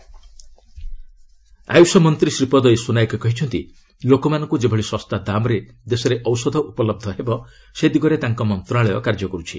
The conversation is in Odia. ଆୟୁଷ୍ ଶ୍ରୀପଦ ଆୟୁଷ ମନ୍ତ୍ରୀ ଶ୍ରୀପଦ ୟେସୋ ନାୟକ କହିଛନ୍ତି ଲୋକମାନଙ୍କ ଯେଭଳି ଶସ୍ତା ଦାମ୍ରେ ଦେଶରେ ଔଷଧ ଉପଲବ୍ଧ ହେବ ସେ ଦିଗରେ ତାଙ୍କ ମନ୍ତ୍ରଣାଳୟ କାର୍ଯ୍ୟ କରୁଛି